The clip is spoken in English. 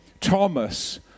Thomas